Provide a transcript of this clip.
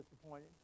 disappointed